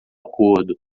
acordo